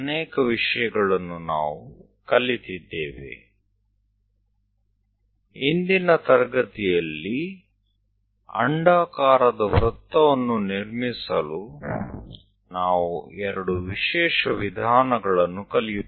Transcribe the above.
આજના વર્ગમાં આપણે ઉપવલય રચવાની બે ખાસ પદ્ધતિઓ શીખીશું